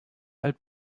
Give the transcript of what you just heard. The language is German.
alt